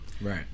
Right